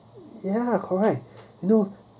ya correct you know